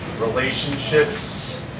relationships